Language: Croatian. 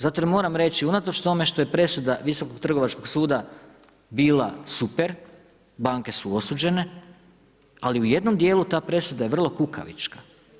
Zato jer moram reći unatoč tome što je presuda Visokog trgovačkog suda bila super, banke su osuđene ali u jednom dijelu ta presuda je vrlo kukavička.